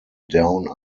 down